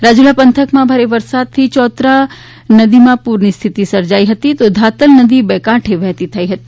રાજુલા પંથકમાં ભારે વરસાદથી ચોત્રાની નદીમાં પુરની સ્થિતી સર્જાઈ હતી તો ધાતલ નદી બે કાંઠે વહેતી થઈ હતી